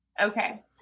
okay